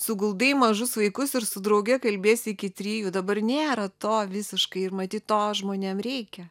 suguldai mažus vaikus ir su drauge kalbiesi iki trijų dabar nėra to visiškai ir matyt to žmonėm reikia